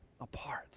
apart